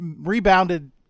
rebounded